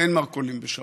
אין מרכולים בשבת.